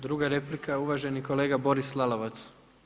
Druga replika uvaženi kolega Boris Lalovac.